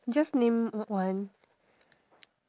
just name o~ one